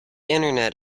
internet